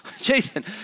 Jason